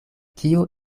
kiu